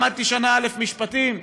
למדתי שנה א' במשפטים.